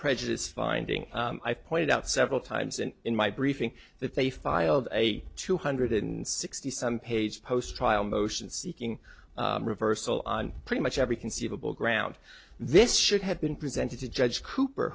prejudiced finding i've pointed out several times and in my briefing that they filed a two hundred and sixty some page post trial motion seeking reversal on pretty much every conceivable ground this should have been presented to judge cooper